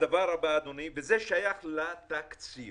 וזה שייך לתקציב,